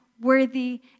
worthy